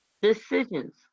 decisions